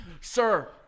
Sir